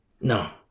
no